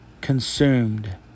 consumed